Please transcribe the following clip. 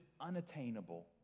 unattainable